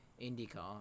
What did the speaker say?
IndyCar